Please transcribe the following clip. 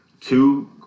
two